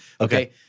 Okay